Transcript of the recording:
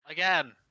again